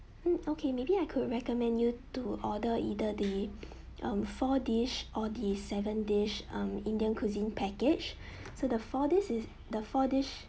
hmm okay maybe I could recommend you to order either the um four dish or the seven dish um indian cuisine package so the four dish is the four dish